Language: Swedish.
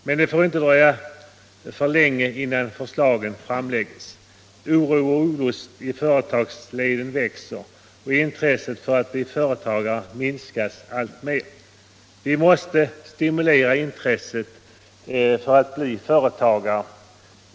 Men det får inte dröja för länge innan förslag framläggs. Oron och olusten i företagsleden växer och intresset för att bli företagare minskas alltmer. Vi måste stimulera intresset att bli företagare.